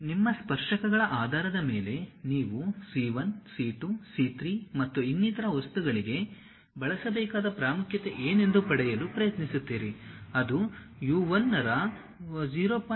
ನಿಮ್ಮ ಸ್ಪರ್ಶಕಗಳ ಆಧಾರದ ಮೇಲೆ ನೀವು C 1 C 2 C 3 ಮತ್ತು ಇನ್ನಿತರ ವಸ್ತುಗಳಿಗೆ ಬಳಸಬೇಕಾದ ಪ್ರಾಮುಖ್ಯತೆ ಏನೆಂದು ಪಡೆಯಲು ಪ್ರಯತ್ನಿಸುತ್ತೀರಿ ಅದು U 1 ರ 0